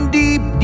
deep